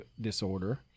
disorder